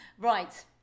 Right